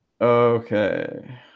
Okay